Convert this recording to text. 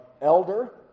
elder